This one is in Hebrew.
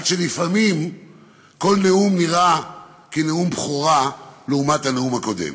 עד שלפעמים כל נאום נראה כנאום בכורה לעומת הנאום הקודם.